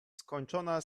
skończona